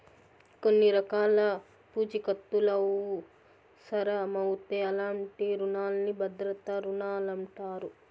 కొన్ని రకాల పూఛీకత్తులవుసరమవుతే అలాంటి రునాల్ని భద్రతా రుణాలంటారు